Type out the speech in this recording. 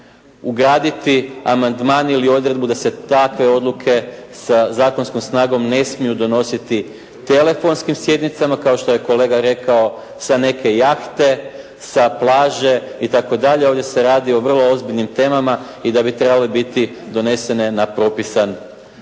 ugraditi amandman ili odredbu da se takve odluke sa zakonskom snagom ne smiju donositi telefonskim sjednicama, kao što je kolega rekao, sa neke jahte, sa plaže itd. Ovdje se radi o vrlo ozbiljnim temama i da bi trebale biti donesene na propisan